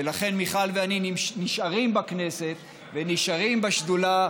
ולכן מיכל ואני נשארים בכנסת, ונשארים בשדולה,